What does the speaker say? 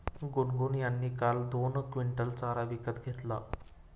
गुनगुन यांनी काल दोन क्विंटल चारा विकत घेतला